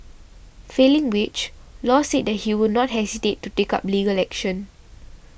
failing which Law said that he would not hesitate to take up legal action